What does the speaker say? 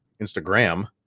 Instagram